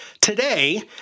Today